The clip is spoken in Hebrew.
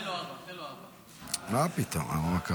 אדוני היושב-ראש,